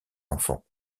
enfants